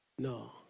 No